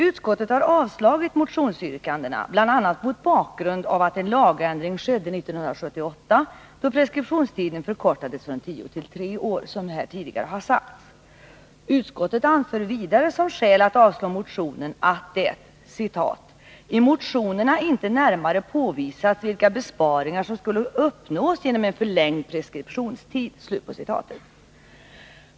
Utskottet har avstyrkt motionsyrkandena bl.a. mot bakgrund av att en lagändring skedde 1978, då preskriptionstiden förkortades från tio till tre år. Utskottet har vidare anfört som skäl för att avstyrka motionen att det ”i motionerna inte närmare påvisats vilka besparingar som skulle uppnås genom en förlängd preskriptionstid”.